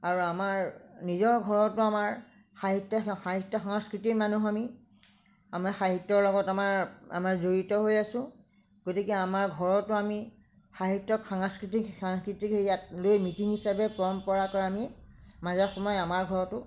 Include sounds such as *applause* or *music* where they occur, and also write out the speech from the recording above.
আৰু আমাৰ নিজৰ ঘৰতো আমাৰ সাহিত্য সাহিত্য সংস্কৃতিৰ মানুহ আমি আমি সাহিত্যৰ লগত আমাৰ আমাৰ জড়িত হৈ আছো গতিকে আমাৰ ঘৰতো আমি সাহিত্যক সংস্কৃতি *unintelligible* ইয়াত লৈ নীতি হিচাপে পৰম্পৰাটো আমি মাজে সময়ে আমাৰ ঘৰতো